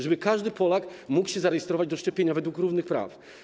Żeby każdy Polak mógł się zarejestrować na szczepienie według równych praw.